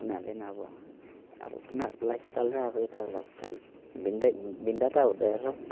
उनीहरूले पनि अब अब उनीहरूको लाइफस्टाइल र अब यताको लाइफस्टाइल भिन्दै भिन्नता हुँदोरहेछ